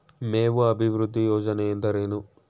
ಮೇವು ಅಭಿವೃದ್ಧಿ ಯೋಜನೆ ಎಂದರೇನು?